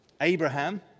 Abraham